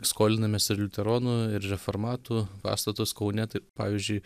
skolinamės ir liuteronų ir reformatų pastatus kaune tai pavyzdžiui